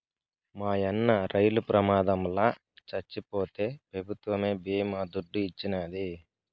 మాయన్న రైలు ప్రమాదంల చచ్చిపోతే పెభుత్వమే బీమా దుడ్డు ఇచ్చినాది